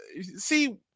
See